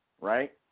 right